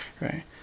Right